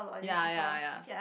ya ya ya